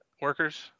workers